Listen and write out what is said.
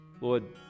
Lord